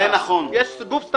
יש גוף.